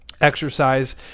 exercise